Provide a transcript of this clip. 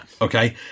Okay